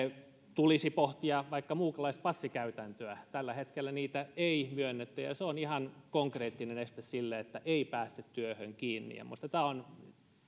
tulisi pohtia vaikka muukalaispassikäytäntöä tällä hetkellä niitä ei myönnetä ja se on ihan konkreettinen este sille että ei päästä työhön kiinni minusta tämä on